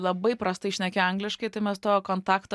labai prastai šnekėjo angliškai tai mes to kontakto